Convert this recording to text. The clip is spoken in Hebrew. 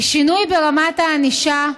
כי שינוי ברמת הענישה,